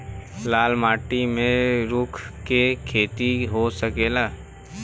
लाल माटी मे ऊँख के खेती हो सकेला?